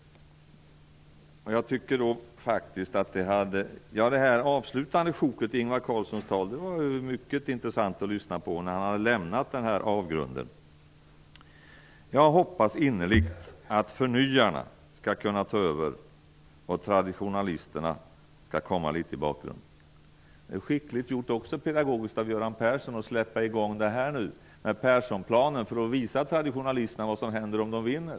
Det avslutande sjoket i Ingvar Carlssons tal var mycket intressant att lyssna på när han hade lämnat detta med avgrunden. Jag hoppas innerligt att förnyarna skall kunna ta över och att traditionalisterna skall komma litet i bakgrunden. Det är pedagogiskt skickligt gjort av Göran Persson att nu lägga fram Perssonplanen för att visa traditionalisterna vad som händer om de vinner.